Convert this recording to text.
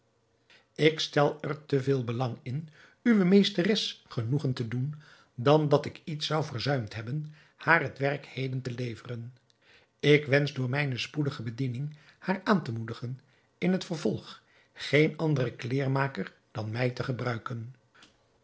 ik stel er te veel belang in uwe meesteres genoegen te doen dan dat ik iets zou verzuimd hebben haar het werk heden te leveren ik wensch door mijne spoedige bediening haar aan te moedigen in het vervolg geen anderen kleêrmaker dan mij te gebruiken